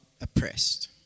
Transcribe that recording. oppressed